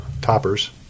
toppers